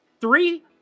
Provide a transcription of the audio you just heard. three